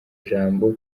jambo